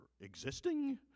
existing